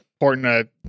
important